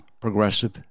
progressive